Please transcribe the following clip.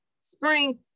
Spring